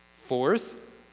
Fourth